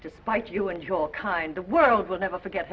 despite you and your kind the world will never forget